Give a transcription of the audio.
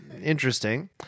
interesting